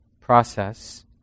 process